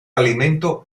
alimento